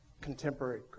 contemporary